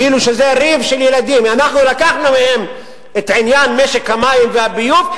כאילו זה ריב של ילדים: אנחנו לקחנו מהם את עניין משק המים והביוב,